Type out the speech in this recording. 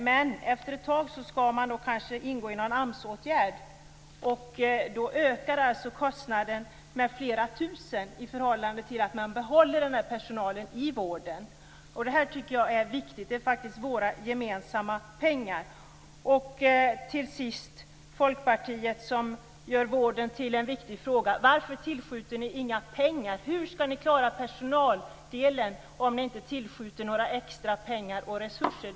Men efter ett tag skall denna person kanske ingå i någon AMS-åtgärd, och då ökar kostnaden med flera tusen kronor i förhållande till om man behåller personen i vården. Jag tycker att detta är viktigt. Det är faktiskt våra gemensamma pengar. Till sist: Varför tillskjuter ni i Folkpartiet inte några pengar när ni nu gör vården till en viktig fråga? Hur skall ni klara personaldelen om ni inte tillskjuter några extra pengar och resurser?